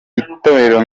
itorero